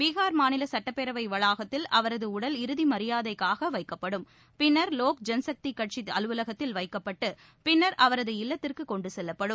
பிகார் மாநில சட்டப்பேரவை வளாகத்தில் அவரது உடல் இறுதி மரியாதைக்காக வைக்கப்படும்பின்னர் லோக் ஜன் சக்திக் கட்சி அலுவலகத்தில் வைக்கப்பட்டு பின்னர் அவரது இல்லத்திற்கு கொண்டு செல்லப்படும்